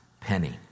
penny